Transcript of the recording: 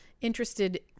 interested